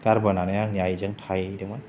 गारबोनानै आंनि आइजों थाहैदोंमोन